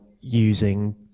using